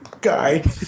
guy